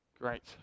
Great